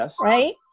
right